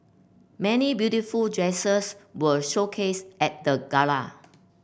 many beautiful dresses were showcased at the gala